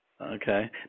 Okay